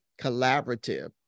Collaborative